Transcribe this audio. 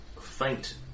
faint